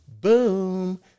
boom